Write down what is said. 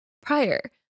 prior